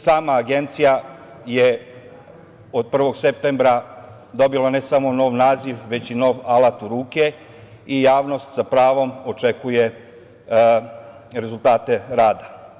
Sama agencija je od 1. septembra dobila ne samo nov naziv, već i nov alat u ruke i javnost sa pravom očekuje rezultate rada.